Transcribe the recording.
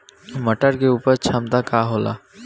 मटर के उपज क्षमता का होखे?